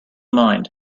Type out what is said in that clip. mind